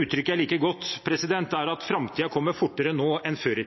uttrykk jeg liker godt, er at framtiden kommer fortere nå enn før i